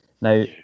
Now